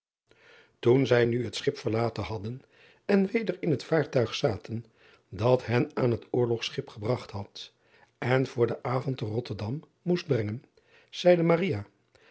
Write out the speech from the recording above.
oen zij nu het schip verlaten hadden en weder in het vaartuig zaten dat hen aan het orlogschip gebragt had en voor den avond te otterdam moest brengen zeide